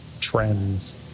trends